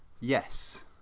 Yes